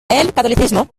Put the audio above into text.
catolicismo